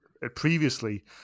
Previously